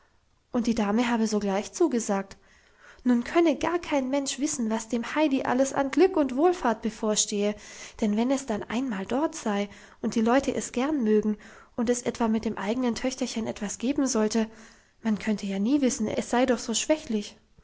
und die dame habe sogleich zugesagt nun könne gar kein mensch wissen was dem heidi alles an glück und wohlfahrt bevorstehe denn wenn es dann einmal dort sei und die leute es gern mögen und es etwa mit dem eigenen töchterchen etwas geben sollte man könne ja nie wissen es sei doch so schwächlich